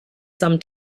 some